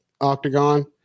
octagon